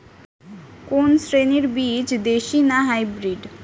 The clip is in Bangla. কোন শ্রেণীর বীজ দেশী না হাইব্রিড?